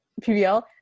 PBL